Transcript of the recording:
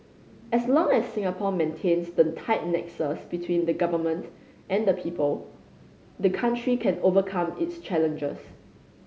as long as Singapore maintains the tight nexus between the Government and people the country can overcome its challenges